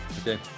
okay